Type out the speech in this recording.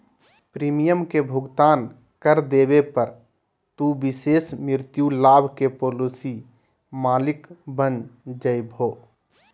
premium के भुगतान कर देवे पर, तू विशेष मृत्यु लाभ के पॉलिसी मालिक बन जैभो